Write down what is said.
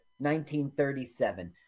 1937